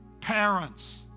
Parents